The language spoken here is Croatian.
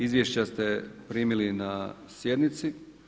Izvješća ste primili na sjednici.